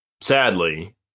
sadly